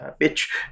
Bitch